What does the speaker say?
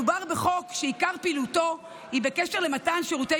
מדובר בגוף שעיקר פעילותו הוא בהקשר למתן שירותי